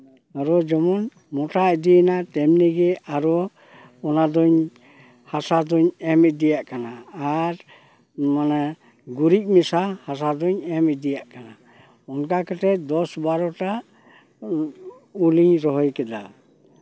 ᱟᱨᱚ ᱡᱮᱢᱚᱱ ᱢᱳᱴᱟ ᱤᱫᱤᱭᱮᱱᱟ ᱛᱮᱢᱱᱤᱜᱮ ᱟᱨᱚ ᱚᱱᱟ ᱫᱩᱧ ᱦᱟᱥᱟ ᱫᱩᱧ ᱮᱢ ᱤᱫᱤᱭᱟᱜ ᱠᱟᱱᱟ ᱟᱨ ᱢᱟᱱᱮ ᱜᱩᱨᱤᱡ ᱢᱮᱥᱟ ᱦᱟᱥᱟ ᱫᱚᱧ ᱮᱢ ᱤᱫᱤᱭᱟᱜ ᱠᱟᱱᱟ ᱚᱱᱠᱟ ᱠᱟᱛᱮ ᱫᱚᱥ ᱵᱟᱨᱚᱴᱟ ᱩᱞᱤᱧ ᱨᱚᱦᱚᱭ ᱠᱮᱫᱟ